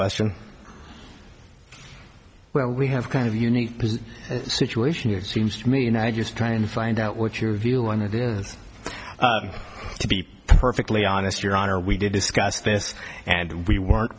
question well we have kind of unique situation it seems to me and i just try and find out what your view on it is to be perfectly honest your honor we did discuss this and we w